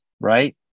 right